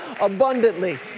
abundantly